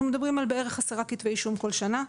אנחנו מדברים על בערך 10 כתבי אישום כול שנה.